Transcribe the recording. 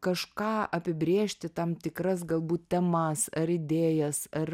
kažką apibrėžti tam tikras galbūt temas ar idėjas ar